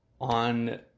on